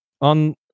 on